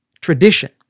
tradition